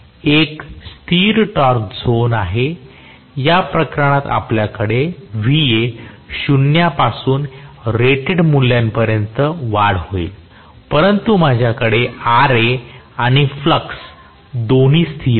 एक स्थिर torque zone आहे या प्रकरणात आमच्याकडे Va शून्यापासून रेटेड मूल्यापर्यंत वाढ होईल परंतु माझ्याकडे Ra आणि फ्लक्स दोन्ही स्थिर आहेत